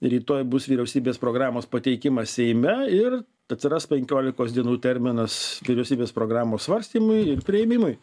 rytoj bus vyriausybės programos pateikimas seime ir atsiras penkiolikos dienų terminas vyriausybės programos svarstymui ir priėmimui